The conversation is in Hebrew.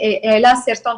העלה סרטון.